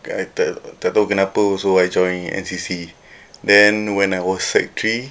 tak tak tahu kenapa also I join N_C_C then when I was sec three